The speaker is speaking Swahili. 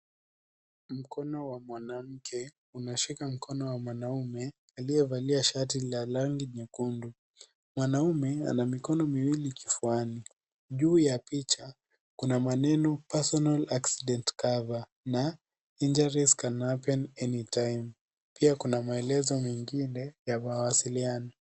Mkono wa mwanamke unashika mkono wa mwanmume aliyevalia shati la rangi ya nyekundu. Mwanamume ana mikono miwili kifuani. Juu ya picha kuna maneno personal accident cover na injuries can happen anytime . Pia kuna maelezo mengine ya mawasiliano.